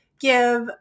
give